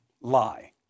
lie